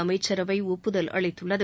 அமைச்சரவை ஒப்புதல் அளித்துள்ளது